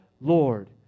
Lord